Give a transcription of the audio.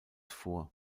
vor